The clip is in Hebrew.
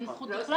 אין זכות בכלל.